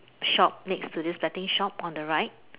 shop next to this betting shop on the right